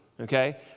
Okay